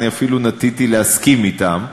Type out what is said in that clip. אני אפילו נטיתי להסכים אתם.